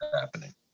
happening